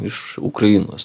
iš ukrainos